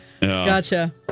gotcha